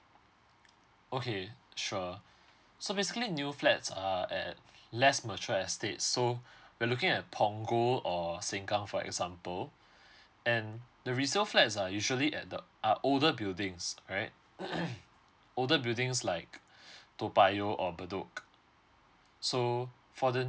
okay sure so basically new flats are at less mature estate so we're looking at punggol or sengkang for example and the resale flats are usually at the are older buildings alright older buildings like toa payoh or bedok so for the